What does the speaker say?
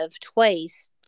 twice